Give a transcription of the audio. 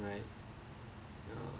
right